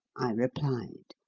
i replied,